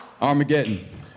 Armageddon